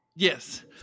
yes